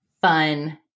fun